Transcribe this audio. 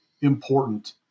important